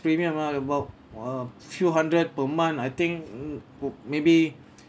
premium amount about uh few hundred per month I think mm maybe